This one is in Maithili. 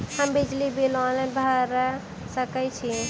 हम बिजली बिल ऑनलाइन भैर सकै छी?